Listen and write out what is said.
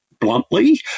bluntly